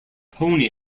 pony